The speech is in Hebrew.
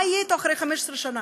מה יהיה אתו אחרי 15 שנה?